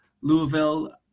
Louisville